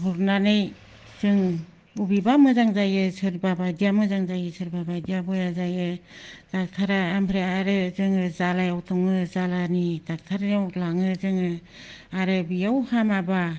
हरनानै जों बबेबा मोजां जायो सोरबा बायदिया मोजां जायो सोरबा बायदिया बेया जायो दक्ट'रआ ओमफ्राय आरो जोङो जालायाव दङ जालानि दक्ट'रनियाव लाङो जोङो आरो बेयाव हामाबा